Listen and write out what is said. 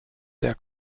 der